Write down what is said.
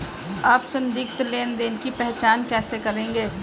आप संदिग्ध लेनदेन की पहचान कैसे करेंगे?